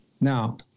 Now